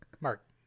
Mark